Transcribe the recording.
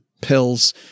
pills